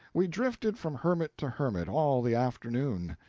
we drifted from hermit to hermit all the afternoon.